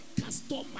customer